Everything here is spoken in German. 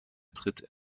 tritt